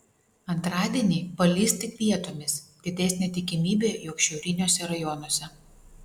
antradienį palis tik vietomis didesnė tikimybė jog šiauriniuose rajonuose